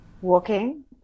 walking